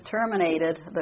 terminated